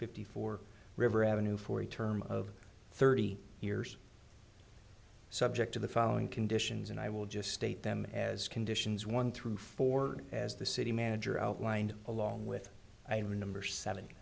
four river avenue for a term of thirty years subject to the following conditions and i will just state them as conditions one through four as the city manager outlined along with i remember seven